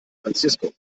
francisco